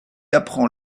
apprend